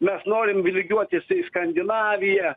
nes norim lygiuotis į skandinaviją